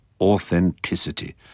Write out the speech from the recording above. Authenticity